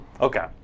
Okay